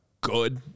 good